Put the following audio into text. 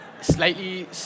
slightly